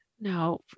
No